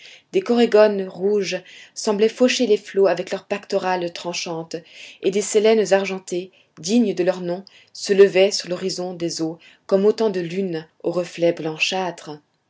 des corégones rouges semblaient faucher les flots avec leur pectorale tranchante et des sélènes argentées dignes de leur nom se levaient sur l'horizon des eaux comme autant de lunes aux reflets blanchâtres